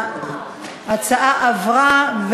ההצעה עברה.